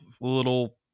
little